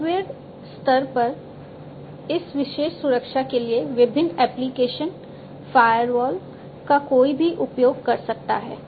software स्तर पर इस विशेष सुरक्षा के लिए विभिन्न एप्लिकेशन फायरवॉल का कोई भी उपयोग कर सकता है